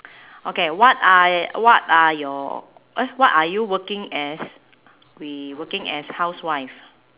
okay what are what are your eh what are you working as we working as housewife